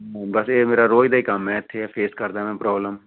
ਵੈਸੇ ਇਹ ਮੇਰਾ ਰੋਜ਼ ਦਾ ਹੀ ਕੰਮ ਹੈ ਇੱਥੇ ਆ ਫੇਸ ਕਰਦਾ ਮੈਂ ਪ੍ਰੋਬਲਮ